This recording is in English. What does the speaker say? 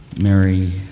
Mary